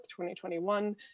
2021